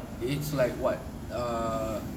it's like what uh